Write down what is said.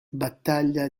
battaglia